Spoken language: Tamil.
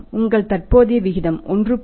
உங்கள் தற்போதைய விகிதம் 1